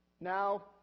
Now